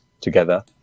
together